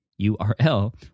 URL